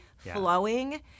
flowing